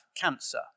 cancer